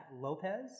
Lopez